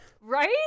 right